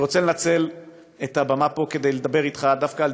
אני רוצה לנצל את הבמה פה כדי לדבר אתך דווקא על